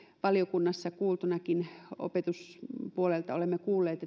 valiokunnassakin opetuspuolelta olemme kuulleet